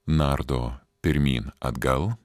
nardo pirmyn atgal